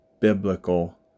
biblical